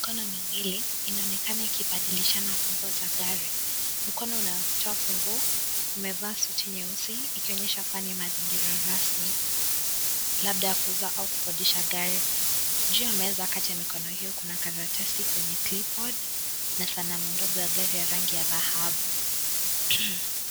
Mikono miwili inaonekana ikibadilishana funguo za gari mkono unaotoa funguo umevaa suti nyeusi ikionyesha kuwa ni mazingira ya rasmi labda kuuza au kukodisha gari juu ya meza kati ya mikono hiyo kuna karatasi kwenye clipod na sanamu ndogo ya rangi ya dhahabu.